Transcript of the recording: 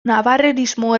navarrerismo